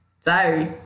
sorry